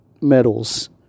medals